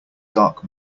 dark